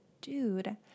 dude